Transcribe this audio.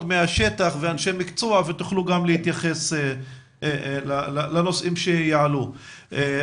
מהשטח ומאנשי המקצוע ותוכלו גם להתייחס לנושאים שיעלו.